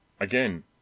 Again